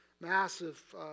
massive